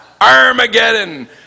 Armageddon